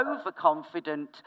overconfident